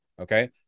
okay